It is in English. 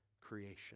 creation